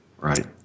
right